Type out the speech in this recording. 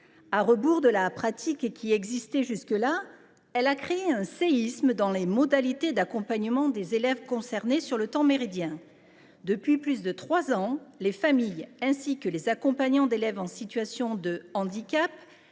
À rebours de la pratique qui existait jusqu’alors, elle a causé un séisme dans les modalités d’accompagnement des élèves concernés sur le temps méridien. Depuis plus de trois ans, les familles et les accompagnants d’élèves en situation de handicap,